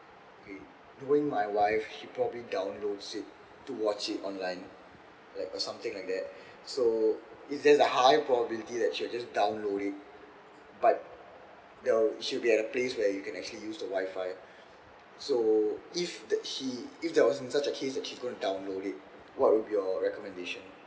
okay knowing my wife she probably downloads it to watch it online like or something like that so high probability that she will just download it but there'll she'll be at a place where you can actually use the wi-fi so if the she if there was in such a case that she's gonna download it what would be your recommendation